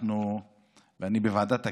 בוועדת הכנסת,